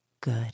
good